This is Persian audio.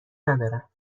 ندارم